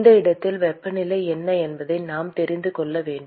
இந்த இடத்தில் வெப்பநிலை என்ன என்பதை நாம் தெரிந்து கொள்ள வேண்டும்